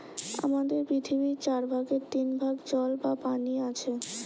আমাদের পৃথিবীর চার ভাগের তিন ভাগ জল বা পানি আছে